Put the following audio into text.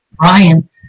Ryan